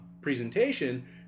presentation